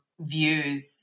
views